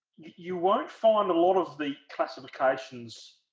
you won't find a lot of the classifications